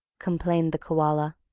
complained the koala.